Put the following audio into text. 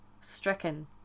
stricken